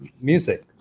music